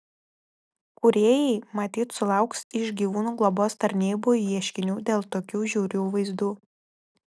kūrėjai matyt sulauks iš gyvūnų globos tarnybų ieškinių dėl tokių žiaurių vaizdų